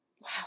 Wow